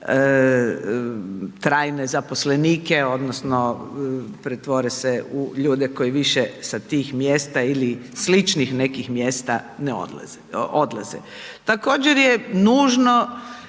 trajne zaposlenike odnosno pretvore se u ljude koji više sa tih mjesta ili sličnih nekih mjesta, ne odlaze, odlaze. Također je nužno